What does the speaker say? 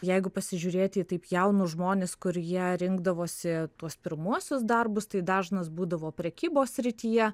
jeigu pasižiūrėti į taip jaunus žmones kur jie rinkdavosi tuos pirmuosius darbus tai dažnas būdavo prekybos srityje